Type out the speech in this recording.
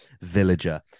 Villager